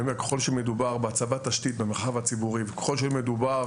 הערה לגבי 10ט. ככל שמדובר בהצבה של תשתית במרחב הציבורי וככל שלא